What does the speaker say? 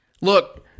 Look